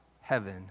heaven